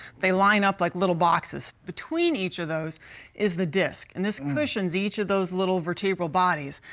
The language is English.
they line up like little boxes. between each of those is the disc. and this cushions each of those little vertebral bodies.